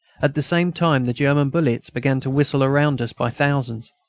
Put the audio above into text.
at the same time the german bullets began to whistle round us by thousands,